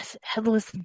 headless